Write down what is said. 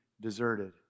deserted